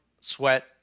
Sweat